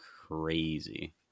crazy